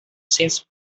since